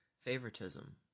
favoritism